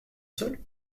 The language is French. seul